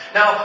Now